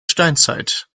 steinzeit